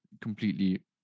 completely